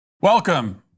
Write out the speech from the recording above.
Welcome